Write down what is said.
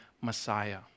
Messiah